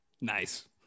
Nice